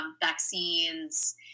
vaccines